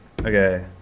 okay